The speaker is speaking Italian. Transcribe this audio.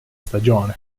stagione